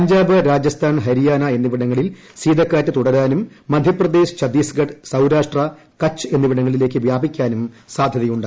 പൃഞ്ചാബ് ്രാജസ്ഥാൻ ഹരിയാന എന്നിവിടങ്ങളിൽ ശീതക്കാറ്റ് തുടര്മാനും മധ്യപ്രദേശ് ചത്തീസ്ഗഢ് സൌരാഷ്ട്ര ക്ച്ച് എന്നിവിടങ്ങളിലേക്ക് വ്യാപിക്കാനും സാധ്യിക്ക്യു്ണ്ട്